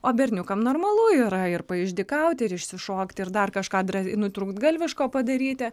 o berniukam normalu yra ir paišdykauti ir išsišokti ir dar kažką nutrūktgalviško padaryti